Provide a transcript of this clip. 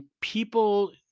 people